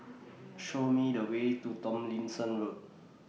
Show Me The Way to Tomlinson Road